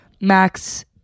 Max